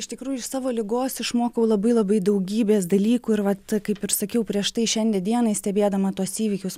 iš tikrųjų iš savo ligos išmokau labai labai daugybės dalykų ir vat kaip ir sakiau prieš tai šiandie dienai stebėdama tuos įvykius